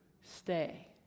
Stay